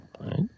right